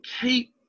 keep